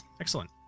Excellent